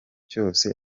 cyose